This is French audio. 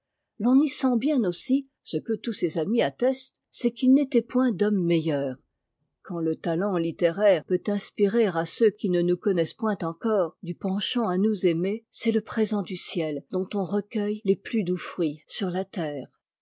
l'on y sent bien aussi ce que tous ses amis attestent c'est qu'il n'était point d'homme meilleur quand le talent littéraire peut inspirer à ceux qui ne nous connaissent point encore du penchant à nous aimer c'est le présent du ciel dont on recueille les plus doux fruits sur la terre